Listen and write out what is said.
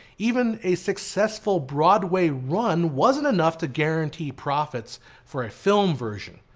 even a successful broadway run wasn't enough to guarantee profits for a film version.